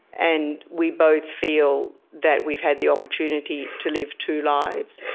and we both feel that we've had the opportunity to live two lives.